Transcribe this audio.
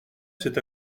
c’est